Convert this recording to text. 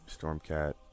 Stormcat